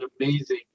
amazing